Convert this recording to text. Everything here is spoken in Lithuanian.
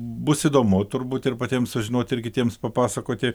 bus įdomu turbūt ir patiems sužinoti ir kitiems papasakoti